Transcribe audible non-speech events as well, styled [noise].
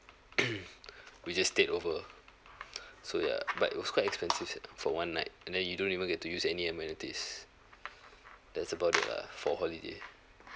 [noise] we just stayed over so yeah but it was quite expensive sia for one night and then you don't even get to use any amenities that's about it lah for holiday